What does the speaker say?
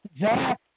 Zach